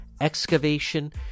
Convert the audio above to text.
excavation